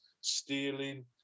stealing